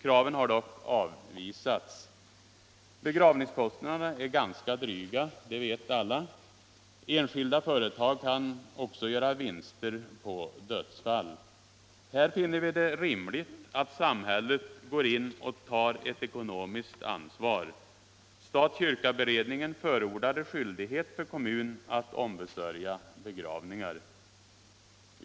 Kraven har dock avvisats. Begravningskostnaderna är ganska dryga — det vet alla. Enskilda företag kan också göra vinster på dödsfall. Vi finner det rimligt att samhället här tar ekonomiskt ansvar. Stat-kyrka-beredningen förordade skyldighet för kommun att ombesörja begravningar.